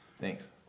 Thanks